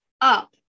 up